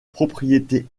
propriété